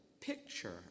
picture